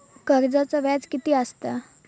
कर्जाचा व्याज कीती असता?